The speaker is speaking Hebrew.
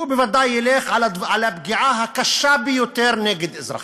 הוא בוודאי ילך על הפגיעה הקשה ביותר נגד אזרחים.